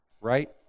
right